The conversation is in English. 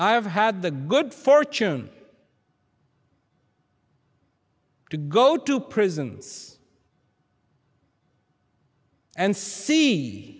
i have had the good fortune to go to prisons and see